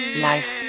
Life